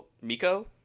Miko